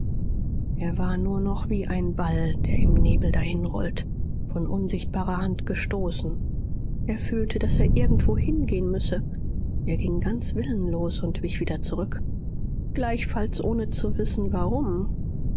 er war nur noch wie ein ball der im nebel dahinrollt von unsichtbarer hand gestoßen er fühlte daß er irgendwohin gehen müsse er ging ganz willenlos und wich wieder zurück gleichfalls ohne zu wissen warum